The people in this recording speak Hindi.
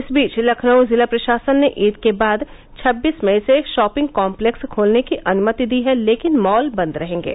इस बीच लखनऊ जिला प्रशासन ने ईद के बाद छब्बीस मई से शॉपिंग कॉम्पलेक्स खोलने की अनुमति दी है लेकिन मॉल बंद रहेंगे